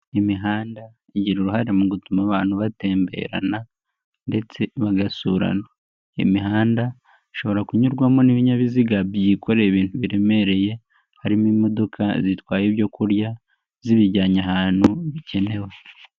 Imihanda, igira uruhare mu gutuma abantu batemberana ndetse bagasurana, imihanda ishobora kunyurwamo n'ibinyabiziga byikoreraye ibintu biremereye, harimo imodoka zitwaye ibyo kurya, zibijyanye ahantu, bigenewe.